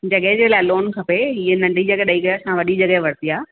जॻहि जे लाइ लोन खपे हीअ नंढी जॻहि डेई करे असां वॾी जॻहि वरिती आहे